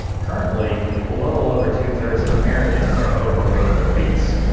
currently a little over two-thirds of americans are overweight or obese.